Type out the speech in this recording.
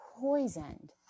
poisoned